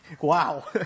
Wow